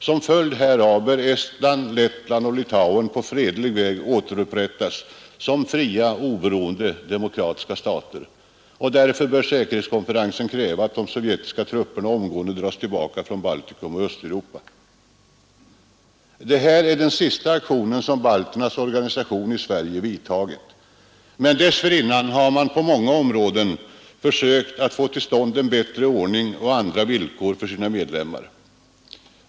Som följd härav bör Estland, Lettland och Litauen på fredlig väg återupprättas som fria, oberoende, demokratiska stater. Därför bör säkerhetskonferensen kräva, att de sovjetiska trupperna omgående dras tillbaka från Balticum och Östeuropa. Detta är den senaste aktion som balternas organisation i Sverige vidtagit. Men dessförinnan har man på många områden försökt att få till stånd en bättre ordning och andra villkor för sina medlemmar.